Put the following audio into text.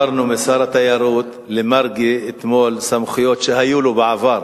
אתמול העברנו משר התיירות למרגי סמכויות שהיו לו בעבר,